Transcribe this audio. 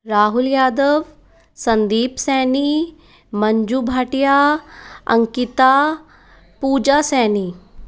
Rahul Yadav Sandeep Saini Manju Bhatia Ankita Pooja Saini